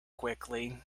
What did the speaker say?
quickly